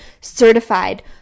certified